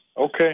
Okay